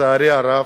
לצערי הרב,